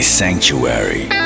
sanctuary